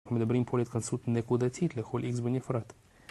אנחנו מדברים פה על התכנסות נקודתית לחול X בנפרד